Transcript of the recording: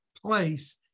place